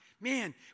man